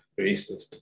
racist